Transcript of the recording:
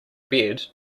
bed